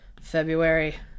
February